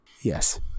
Yes